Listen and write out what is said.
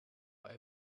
were